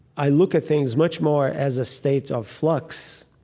i look at things much more as a state of flux,